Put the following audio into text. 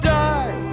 die